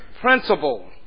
principle